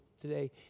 today